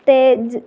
ਅਤੇ ਜ਼